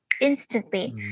instantly